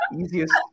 easiest